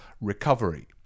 recovery